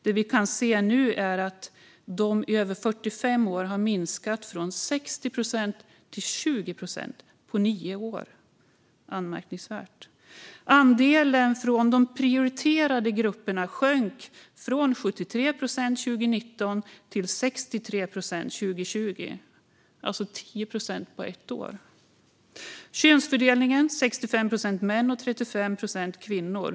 Det vi nu kan se är att de över 45 år har minskat till 20 procent på nio år. Det är anmärkningsvärt. Andelen som kommer från de prioriterade grupperna sjönk från 73 procent 2019 till 63 procent 2020, alltså en minskning med 10 procent på ett år. Könsfördelningen är 65 procent män och 35 procent kvinnor.